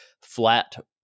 flat